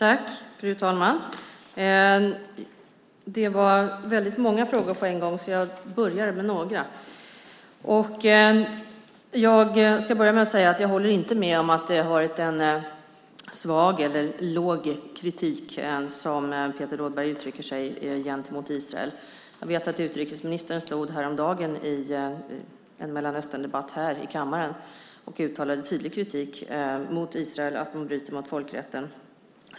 Fru talman! Det var många frågor på en gång. Jag börjar med några. Jag håller inte med om att det har varit svag - eller låg, som Peter Rådberg uttrycker det - kritik gentemot Israel. Jag vet att utrikesministern stod häromdagen i en Mellanösterndebatt här i kammaren och uttalade tydlig kritik mot Israel för att landet bryter mot folkrätten.